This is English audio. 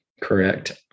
correct